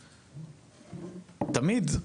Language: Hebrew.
תמיד,